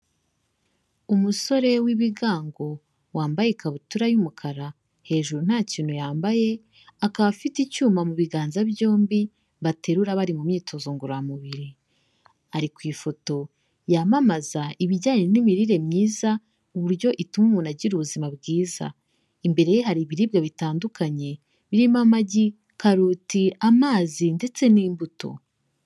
Umusore w'ibigango wambaye ikabutura y'umukara, hejuru nta kintu yambaye, akaba afite icyuma mu biganza byombi, baterura bari mu myitozo ngororamubiri. Ari ku ifoto yamamaza ibijyanye n'imirire myiza, ku buryo ituma umuntu agira ubuzima bwiza. Imbere ye hari ibiribwa bitandukanye, birimo amagi, karoti, amazi ndetse n'imbuto.